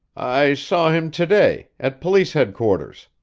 i saw him to-day at police headquarters.